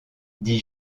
dit